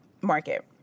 Market